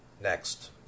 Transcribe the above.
Next